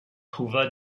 trouva